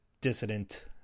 dissident